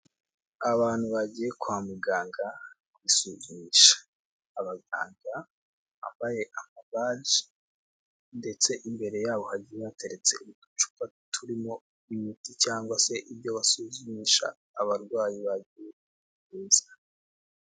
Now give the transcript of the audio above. Abantu bagiye kwa muganga kwisuzumisha, abaganga bambaye amabaji ndetse imbere yabo hari hateretse uducupa turimo imiti cyangwa se ibyo basuzumisha abarwayi bagiye kwivuza.